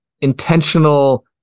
intentional